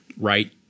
right